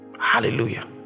hallelujah